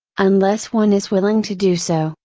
unless one is willing to do so,